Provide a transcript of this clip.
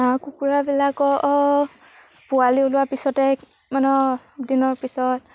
হাঁহ কুকুৰাবিলাকৰ পোৱালি ওলোৱাৰ পিছতে অলপ দিনৰ পিছত